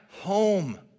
home